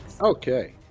Okay